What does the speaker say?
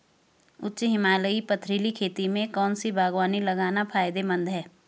उच्च हिमालयी पथरीली खेती में कौन सी बागवानी लगाना फायदेमंद है?